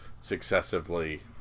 successively